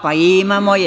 Pa, imamo je.